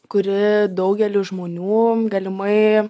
kuri daugeliu žmonių galimai